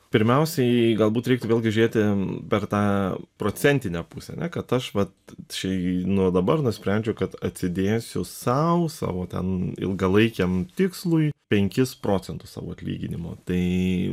pirmiausiai galbūt reiktų vėlgi žiūrėti per tą procentinę pusę ane kad aš vat čia nuo dabar nusprendžiau kad atsidėsiu sau savo ten ilgalaikiam tikslui penkis procentus savo atlyginimo tai